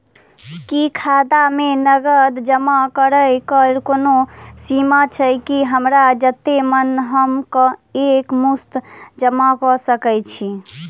की खाता मे नगद जमा करऽ कऽ कोनो सीमा छई, की हमरा जत्ते मन हम एक मुस्त जमा कऽ सकय छी?